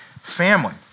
family